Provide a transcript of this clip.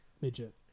midget